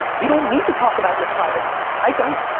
you don't need to talk about your private life, i don't.